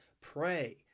pray